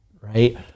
right